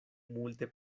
multe